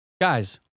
Guys